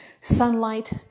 sunlight